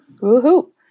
Woo-hoo